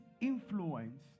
influence